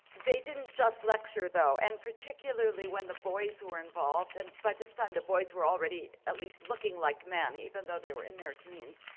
they didn't just lecture though, and particularly when the boys were involved and by this time the boys were already at least looking like men, even though they were in their teens.